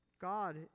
God